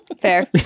Fair